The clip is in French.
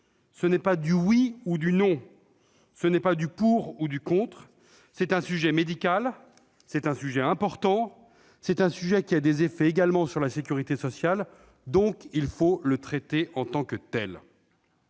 Ce n'est pas du " oui " ou du " non ", ce n'est pas du " pour " ou du " contre ". C'est un sujet médical, c'est un sujet important, c'est un sujet qui a des effets également sur la sécurité sociale, donc il faut le traiter en tant que tel.